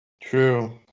True